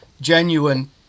genuine